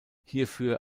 hierfür